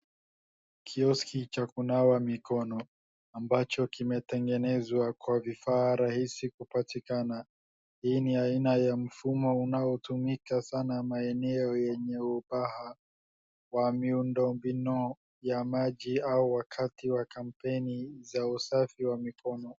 Kioski cha kunawa mikono, ambacho kimetengenezwa kwa vifaa rahisi kupatikana. Hii ni aina ya mfumo unaotumika sana maeneo yenye ubaha wa miundombinu ya maji au wakati wa kampeni za usafi wa mikono.